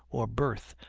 or berth,